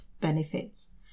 benefits